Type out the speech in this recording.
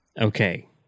Okay